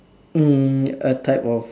mm a type of